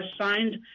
signed